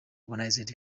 organized